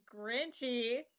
Grinchy